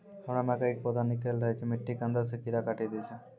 हमरा मकई के पौधा निकैल रहल छै मिट्टी के अंदरे से कीड़ा काटी दै छै?